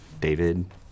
David